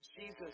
Jesus